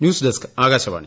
news desk Akashvani